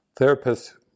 therapists